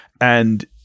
and-